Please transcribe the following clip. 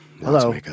hello